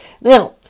Now